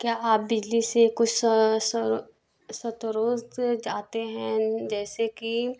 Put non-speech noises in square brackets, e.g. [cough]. क्या आप बिजली से [unintelligible] तो रोज आते हैं जैसे कि